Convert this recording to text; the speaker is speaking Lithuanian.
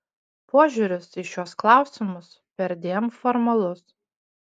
požiūris į šiuos klausimus perdėm formalus